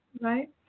Right